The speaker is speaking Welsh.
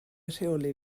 rheoli